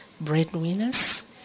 breadwinners